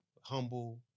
humble